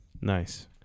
Nice